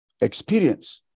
experience